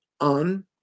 on